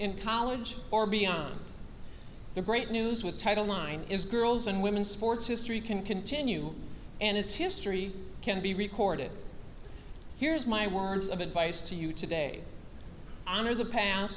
in college or beyond the great news with title line is girls and women sports history can continue and its history can be recorded here's my words of advice to you today honor the p